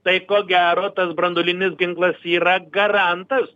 tai ko gero tas branduolinis ginklas yra garantas